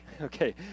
okay